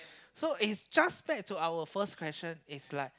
so is just back to our first question is like